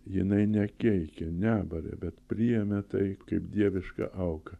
jinai nekeikė nebarė bet priėmė tai kaip dievišką auką